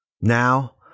Now